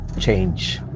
change